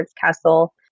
Castle